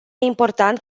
important